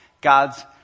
God's